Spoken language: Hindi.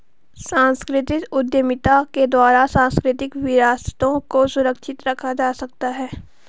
सांस्कृतिक उद्यमिता के द्वारा सांस्कृतिक विरासतों को सुरक्षित रखा जा सकता है